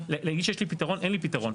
להגיד שיש לי פתרון, אין לי פתרון.